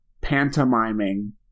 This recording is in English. pantomiming